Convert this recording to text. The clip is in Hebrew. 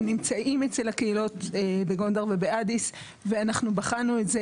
הם נמצאים אצל הקהילות בגונדר ובאדיס ואנחנו בחנו את זה,